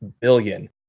billion